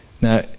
Now